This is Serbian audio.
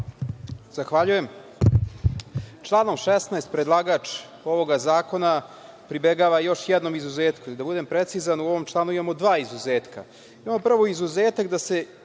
Zahvaljujem. Članom 16. predlagača ovog zakona pribegava još jednom izuzetku. Da budem precizan u ovom članu imamo dva izuzetka. Imamo prvo izuzetak da se